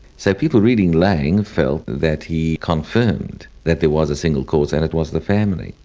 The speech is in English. so people reading laing felt that he confirmed that there was a single cause and it was the family.